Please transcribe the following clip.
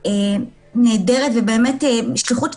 שליחות פנימית,